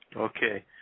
Okay